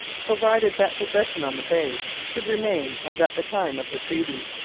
provided that possession on the bay should remain as at the time of the treaty,